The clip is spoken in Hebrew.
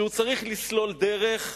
שהוא צריך לסלול דרך,